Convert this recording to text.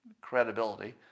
credibility